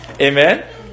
Amen